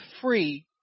free